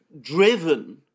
driven